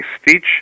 speech